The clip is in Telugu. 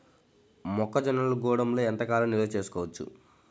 మొక్క జొన్నలు గూడంలో ఎంత కాలం నిల్వ చేసుకోవచ్చు?